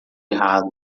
errado